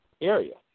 area